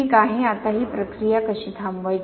ठीक आहे आता ही प्रक्रिया कशी थांबवायची